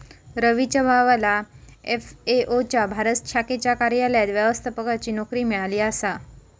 रवीच्या भावाला एफ.ए.ओ च्या भारत शाखेच्या कार्यालयात व्यवस्थापकाची नोकरी मिळाली आसा